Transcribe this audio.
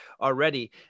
already